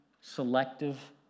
selective